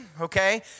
okay